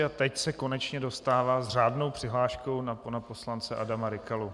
A teď se konečně dostává s řádnou přihláškou na pana poslance Adama Rykalu.